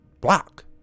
block